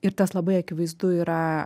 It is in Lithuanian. ir tas labai akivaizdu yra